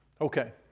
Okay